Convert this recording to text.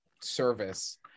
service